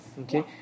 Okay